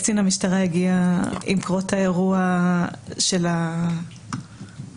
קצין המשטרה הגיע עם קרות האירוע של החוסה הראשון.